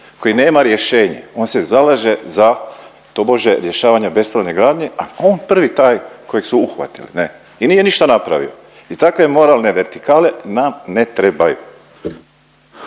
koji nema rješenje, on se zalaže za tobože rješavanje bespravne gradnje, a on je prvi taj kojeg su uhvatili ne i nije ništa napravio i takve moralne vertikale nam ne trebaju.